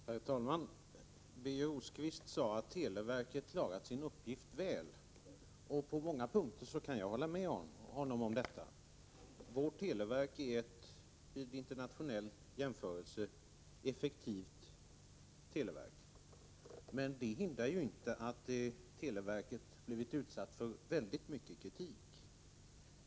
Herr talman! Birger Rosqvist sade att televerket klarat sin uppgift väl, och på många punkter kan jag hålla med honom om detta. Vid internationell jämförelse är vårt televerk effektivt. Men det hindrar inte att televerket blivit utsatt för väldigt mycket kritik.